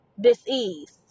Disease